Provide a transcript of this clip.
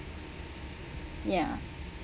ya